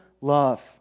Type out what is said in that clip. love